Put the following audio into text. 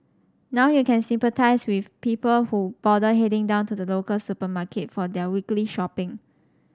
now you can sympathise with people who bother heading down to the local supermarket for their weekly shopping